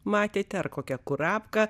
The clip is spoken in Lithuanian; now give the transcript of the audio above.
matėte ar kokią kurapką